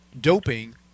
doping